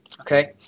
Okay